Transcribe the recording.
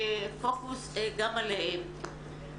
פוקוס גם עליהם.